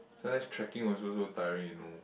sometimes trekking also so tiring you know